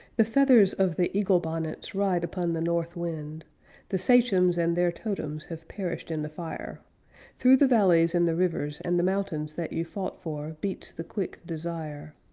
the feathers of the eagle-bonnets ride upon the north wind the sachems and their totems have perished in the fire through the valleys and the rivers and the mountains that you fought for beats the quick desire.